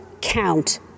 count